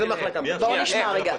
בואו נשמע רגע.